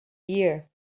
year